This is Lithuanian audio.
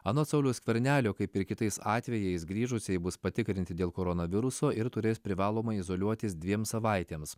anot sauliaus skvernelio kaip ir kitais atvejais grįžusieji bus patikrinti dėl koronaviruso ir turės privalomai izoliuotis dviem savaitėms